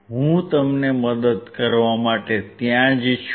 હું તમને મદદ કરવા માટે ત્યાં છું